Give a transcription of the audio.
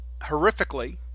horrifically